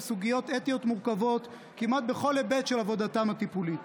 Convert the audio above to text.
סוגיות אתיות מורכבות כמעט בכל היבט של עבודתם הטיפולית.